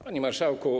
Panie Marszałku!